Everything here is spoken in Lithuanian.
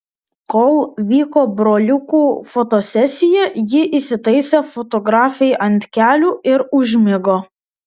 kol vyko broliukų fotosesija ji įsitaisė fotografei ant kelių ir užmigo